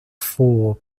four